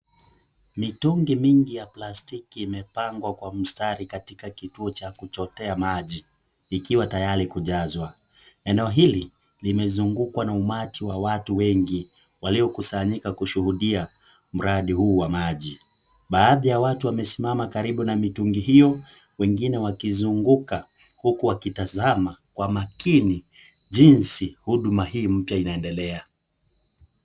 Mitungi mingi ya plastiki imepangwa kwa mstari katika kituo cha kuchotea maji, ikiwa tayari kujazwa. Eneo hili limezungukwa na umati wa watu wengi walio kusanyika kushuhudia mradi huu wa maji. Baadhi ya watu wamesimama karibu na mitungi hiyo, wengine wakizunguka huku wakitazama kwa makini jinsi huduma hii mpya inaendelea.